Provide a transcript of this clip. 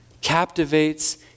captivates